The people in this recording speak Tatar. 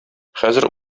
хәзер